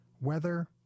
Weather